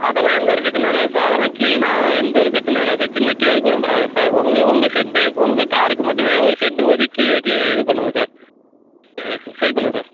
அதெல்லாம் எந்த ஒரு பிரச்சனையும் வராது சார் அதெல்லாம் க்ளீனாக எந்த ஒரு பிரச்சனையும் வராது சார் சின்ன கீறல் கூட படாது சார் உங்க உங்க செட் உங்க காருக்கு மட்டுமே ஒரு செட் ஒதுக்கி க்ளீ இது பண்ணுவோம் சார் சரி பண்ணுவோம் சார்